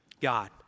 God